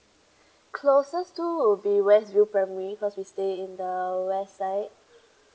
closest to will be west spring primary cause we stay in the west side